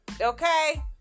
Okay